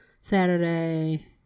Saturday